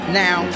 now